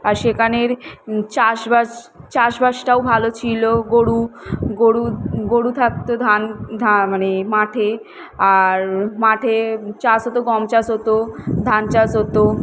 আর সেখানের চাষবাস চাষবাসটাও ভালো ছিলো গরু গরু গরু থাকতো ধান ধা মানে মাঠে আর মাঠে চাষ হতো গম চাষ হতো ধান চাষ হতো